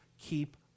Keep